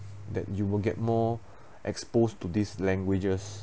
that you will get more exposed to these languages